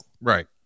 Right